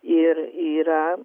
ir yra